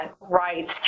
rights